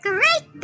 Great